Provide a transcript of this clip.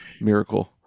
miracle